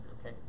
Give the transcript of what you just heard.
okay